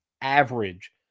average